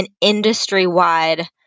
industry-wide